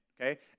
okay